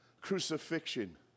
crucifixion